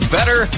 Better